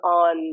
on